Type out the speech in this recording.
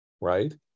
right